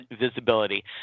visibility